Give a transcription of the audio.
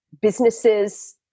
businesses